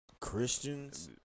Christians